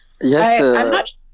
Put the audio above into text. Yes